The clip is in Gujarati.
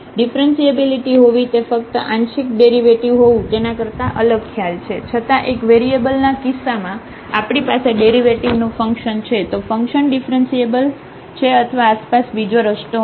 ડિફ્રન્સિએબીલીટી હોવી તે ફક્ત આંશિક ડેરિવેટિવ હોવું તેના કરતા અલગ ખ્યાલ છે છતાં એક વેરીએબલ ના કિસ્સામાં આપણી પાસે ડેરિવેટિવ નું ફંક્શન છે તો ફંક્શન ડિફ્રન્સિએબલ છે અથવા આસપાસ બીજો રસ્તો હશે